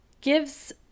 gives